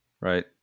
right